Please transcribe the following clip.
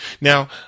now